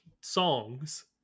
songs